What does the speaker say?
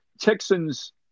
Texans